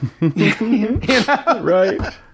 Right